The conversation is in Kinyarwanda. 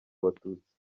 abatutsi